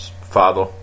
father